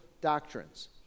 doctrines